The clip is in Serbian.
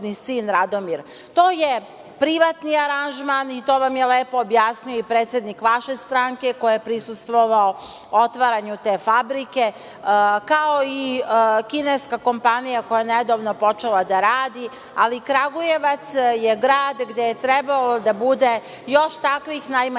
je privatni aranžman i to vam je lepo objasnio i predsednik vaše stranke koji je prisustvovao otvaranju te fabrike, kao i kineska kompanija koja je nedavno počela da radi, ali Kragujevac je grad gde je trebalo da bude još takvih najmanje